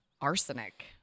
arsenic